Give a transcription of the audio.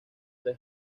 tres